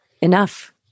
enough